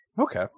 Okay